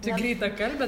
tai greitakalbe